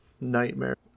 nightmare